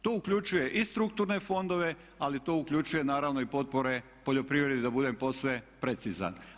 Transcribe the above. To uključuje i strukturne fondove, ali to uključuje naravno i potpore poljoprivredi da budem posve precizan.